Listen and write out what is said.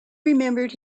remembered